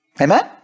Amen